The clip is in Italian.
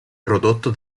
prodotto